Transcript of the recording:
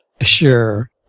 Sure